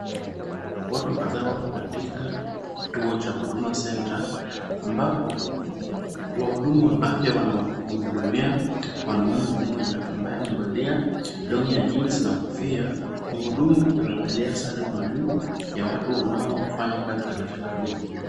Watu kadhaa wapo katika kituo cha Huduma Centre ambapo wahudumu wa afya wanamhudumia mwanaume mmoja ambaye amevalia long'i ya jeans na kofia. Mhudumu amevalia sare maalum ya watu wanaofanya kazi katika kituo hicho.